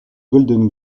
golden